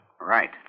Right